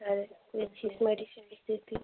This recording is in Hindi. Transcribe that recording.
शायद कोई अच्छी सी मेडिसिन लिख देती